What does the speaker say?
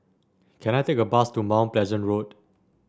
can I take a bus to Mount Pleasant Road